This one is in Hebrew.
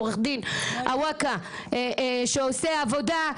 עו"ד אווקה שעושה עבודה.